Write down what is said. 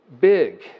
big